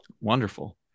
Wonderful